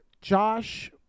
Josh